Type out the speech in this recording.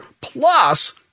plus